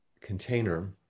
container